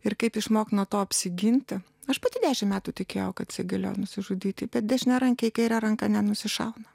ir kaip išmokt nuo to apsiginti aš pati dešim metų tikėjau kad jisai galėjo nusižudyti bet dešiniarankiai kaire ranka nenusišauna